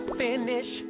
finish